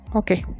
okay